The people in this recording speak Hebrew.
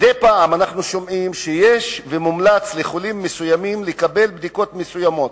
מדי פעם אנחנו שומעים שמומלץ לחולים מסוימים לקבל בדיקות מסוימות,